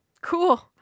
Cool